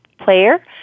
player